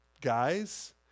guys